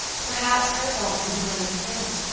perhaps her thoughts had been running with his.